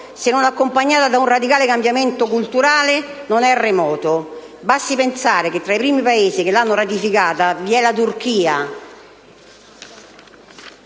se non accompagnata da un radicale cambiamento culturale, non è remoto: basti pensare che tra i primi Paesi che l'hanno ratificata vi è anche la Turchia